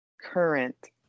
current